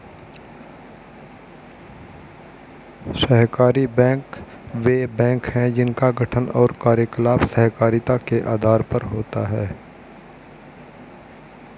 सहकारी बैंक वे बैंक हैं जिनका गठन और कार्यकलाप सहकारिता के आधार पर होता है